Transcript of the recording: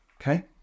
Okay